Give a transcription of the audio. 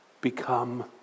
become